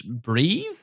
Breathe